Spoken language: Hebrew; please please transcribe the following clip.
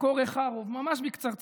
כותב אברהם קורחוב, ממש בקצרצרה.